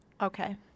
okay